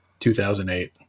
2008